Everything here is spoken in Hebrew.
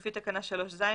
לפי תקנה 3ז,